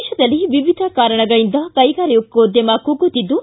ದೇಶದಲ್ಲಿ ವಿವಿಧ ಕಾರಣಗಳಿಂದ ಕೈಗಾರಿಕೋದ್ಯಮವು ಕುಗ್ಗುತ್ತಿದ್ದು